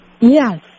Yes